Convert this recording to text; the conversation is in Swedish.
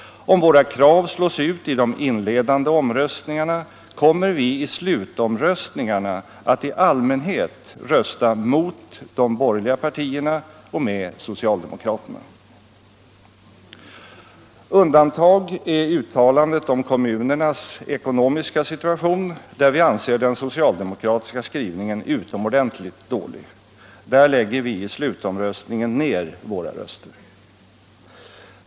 Om våra krav slås ut i de inledande omröstningarna, kommer vi i slutomröstningarna att i allmänhet rösta mot de borgerliga partierna och med socialdemokraterna. Undantag är uttalande om kommunernas ekonomiska situation, där vi anser att den socialdemokratiska skrivningen är utomordentligt dålig. Där lägger vi i slutomröstningen ner våra röster.